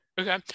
Okay